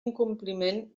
incompliment